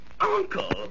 Uncle